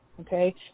okay